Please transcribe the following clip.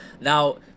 Now